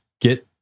get